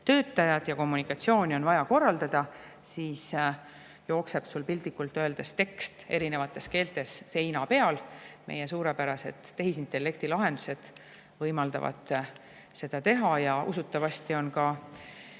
ja kommunikatsiooni on vaja korraldada, siis jookseb sul piltlikult öeldes tekst erinevates keeltes seina peal. Meie suurepärased tehisintellekti lahendused võimaldavad seda teha. Ja usutavasti olete